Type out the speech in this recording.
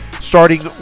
starting